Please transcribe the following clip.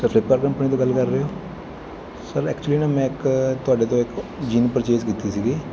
sir Flipkart company ਤੋ ਗੱਲ ਕਰ ਰਹੇ ਹੋ ਸਰ ਐਕਚੁਲੀ ਨਾ ਮੈਂ ਇੱਕ ਤੁਹਾਡੇ ਤੋਂ ਇੱਕ ਜੀਨ ਪਰਚੇਸ ਕੀਤੀ ਸੀਗੀ